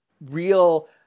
real